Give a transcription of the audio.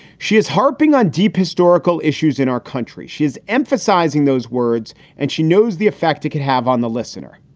she is harping on deep historical issues in our country. she is emphasizing those words and she knows the effect it can have on the listener.